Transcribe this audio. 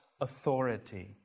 authority